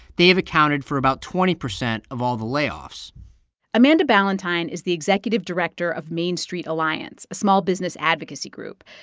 they've accounted for about twenty percent percent of all the layoffs amanda ballantyne is the executive director of main street alliance, a small-business advocacy group.